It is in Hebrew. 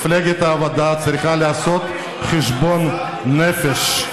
מפלגת העבודה צריכה לעשות חשבון נפש,